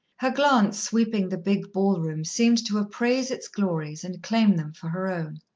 her glance, sweeping the big ballroom, seemed to appraise its glories and claim them for her own.